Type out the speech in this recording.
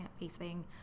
facing